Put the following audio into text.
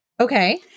Okay